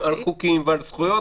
--- חוקים ועל זכויות,